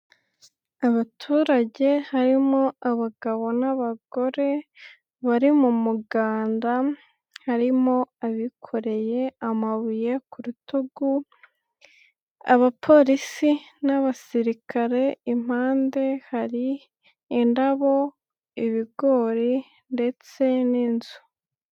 Abaturage harimo abagabo n'abagore bari mu muganda, harimo abikoreye amabuye ku rutugu, abapolisi n'abasirikare, impande hari indabo, ibigori ndetse n'inzu.